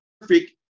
perfect